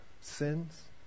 sins